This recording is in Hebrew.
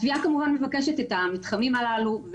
התביעה כמובן מבקשת את המתחמים הללו.